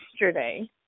yesterday